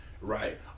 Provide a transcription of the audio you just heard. Right